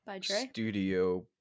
Studio